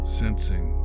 sensing